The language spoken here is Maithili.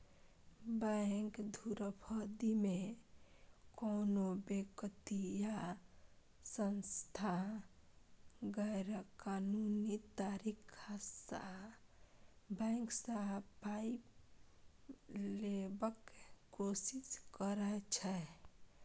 बैंक धुरफंदीमे कोनो बेकती या सँस्था गैरकानूनी तरीकासँ बैंक सँ पाइ लेबाक कोशिश करै छै